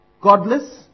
Godless